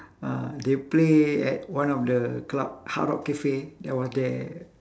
ah they play at one of the club hard rock cafe I was there